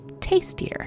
tastier